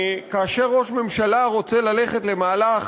כאשר ראש ממשלה רוצה ללכת למהלך,